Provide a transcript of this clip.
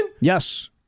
Yes